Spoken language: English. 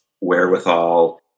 wherewithal